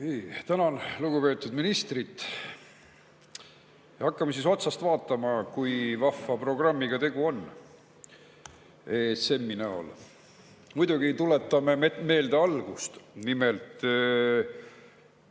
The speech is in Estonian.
Tänan lugupeetud ministrit. Hakkame siis otsast vaatama, kui vahva programmiga tegu on ESM‑i näol. Muidugi tuletame meelde algust. Nimelt,